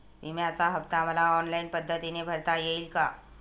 विम्याचा हफ्ता मला ऑनलाईन पद्धतीने भरता येईल का?